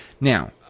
Now